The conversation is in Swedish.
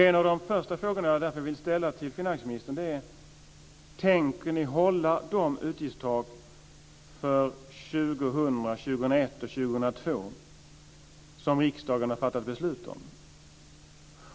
En av de första frågorna jag därför vill ställa till finansministern är: Tänker ni hålla de utgiftstak för 2000, 2001 och 2002 som riksdagen har fattat beslut om?